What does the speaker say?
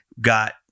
got